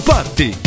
Party